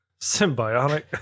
symbiotic